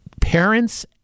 Parents